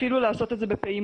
אפילו לעשות את זה בפעימות,